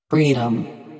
Freedom